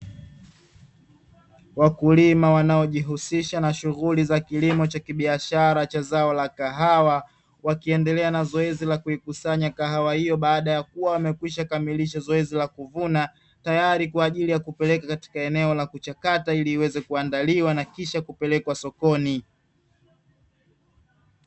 Wakulima wanaojihusisha na shughuli za kilimo cha kibiashara cha zao la kahawa wakiendelea na zoezi la kuikusanya kahawa hiyo baada ya kuwa wamekwisha kamilisha zoezi la kuvuna tayari kwa ajili ya kupeleka katika eneo la kuchakata ili iweze kuandaliwa na kisha kupelekwa sokoni.